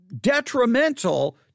detrimental